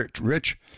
Rich